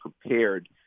prepared